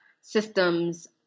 systems